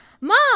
mom